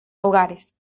hogares